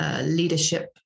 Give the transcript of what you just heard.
leadership